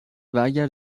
واگر